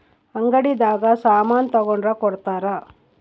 ಅಂಗಡಿ ದಾಗ ಸಾಮನ್ ತಗೊಂಡ್ರ ಕೊಡ್ತಾರ